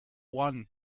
one